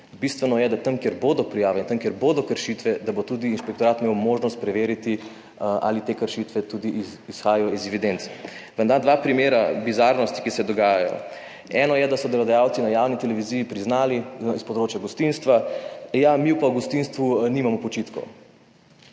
Bistveno je, da tam kjer bodo prijave in tam kjer bodo kršitve, da bo tudi inšpektorat imel možnost preveriti ali te kršitve tudi izhajajo iz evidence. Vam dam dva primera bizarnosti, ki se dogajajo. Eno je, da so delodajalci na javni televiziji priznali, s področja gostinstva, ja, mi pa v gostinstvu nimamo počitkov.